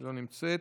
לא נמצאת.